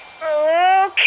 Okay